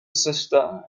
sister